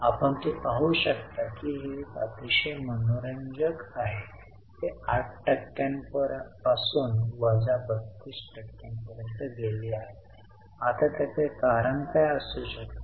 आपण हे पाहू शकता की हे अतिशय मनोरंजक आहे ते 8 टक्क्यांपासून वजा 32 टक्क्यांपर्यंत गेले आहे आता त्याचे कारण काय असू शकते